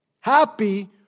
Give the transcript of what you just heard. Happy